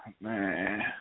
Man